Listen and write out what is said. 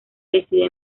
decide